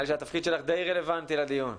התפקיד שלך די רלוונטי לדיון.